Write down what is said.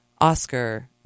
Oscar